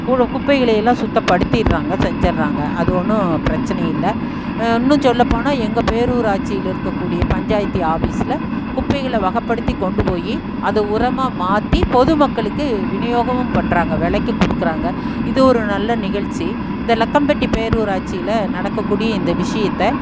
குப்பைகள எல்லாம் சுத்தப்படுத்திறாங்க செஞ்சிகிறாங்க அது ஒன்றும் பிரச்சின இல்லை இன்னும் சொல்ல போனால் எங்கே பேரூராட்சியில் இருக்கக்கூடிய பஞ்சாயத்து ஆபீஸில் குப்பைகளை வகைப்படுத்தி கொண்டு போய் அது உரமாக மாற்றி பொது மக்களுக்கு விநியோகமும் பண்ணுறாங்க விலைக்கி கொடுக்குறாங்க இது ஒரு நல்ல நிகழ்ச்சி இந்த லக்கம்பட்டி பேரூராட்சியில் நடக்கக்கூடிய இந்த விஷயத்தை